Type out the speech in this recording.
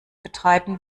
betreiben